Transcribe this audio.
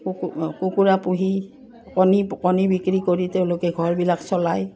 কুকুৰা পুহি কণী কণী বিক্ৰী কৰি তেওঁলোকে ঘৰবিলাক চলায়